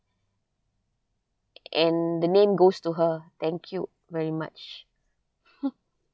and the name goes to her thank you very much